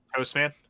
Toastman